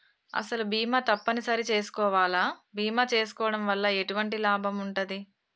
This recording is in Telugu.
అసలు బీమా తప్పని సరి చేసుకోవాలా? బీమా చేసుకోవడం వల్ల ఎటువంటి లాభం ఉంటది?